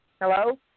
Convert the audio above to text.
Hello